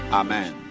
amen